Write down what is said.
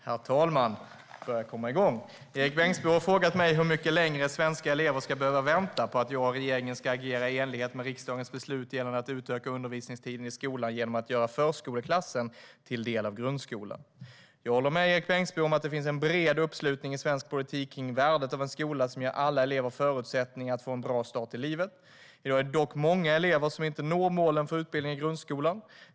Herr talman! Erik Bengtzboe har frågat mig hur mycket längre svenska elever ska behöva vänta på att jag och regeringen ska agera i enlighet med riksdagens beslut gällande att utöka undervisningstiden i skolan genom att göra förskoleklassen till en del av grundskolan. Jag håller med Erik Bengtzboe om att det finns en bred uppslutning i svensk politik kring värdet av en skola som ger alla elever förutsättningar att få en bra start i livet. I dag är det dock många elever som inte når målen för utbildningen i grundskolan.